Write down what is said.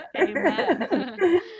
Amen